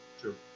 true